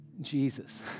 Jesus